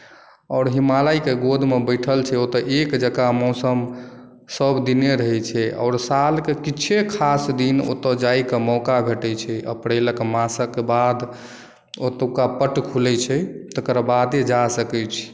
आओर हिमालयके गोदमे बैठल छै ओतय एक जकाँ मौसम सभ दिने रहै छै आओर सालके किछे खास दिन ओतय जायके मौका भेटैत छै अप्रैलक मासक बाद ओतुका पट्ट खुलैत छै तकर बादे जा सकैत छी